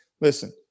listen